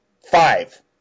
Five